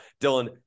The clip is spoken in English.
dylan